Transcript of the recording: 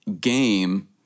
game